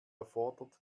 erfordert